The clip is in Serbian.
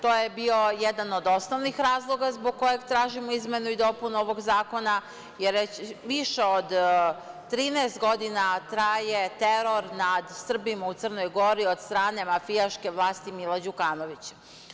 To je bio jedan od osnovnih razloga zbog kojeg tražimo izmenu i dopunu ovog zakona, jer već više od 13 godina traje teror nad Srbima u Crnoj Gori od strane mafijaške vlasti Mila Đukanovića.